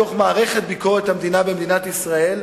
למערכת מבקר המדינה במדינת ישראל,